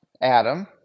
adam